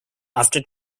after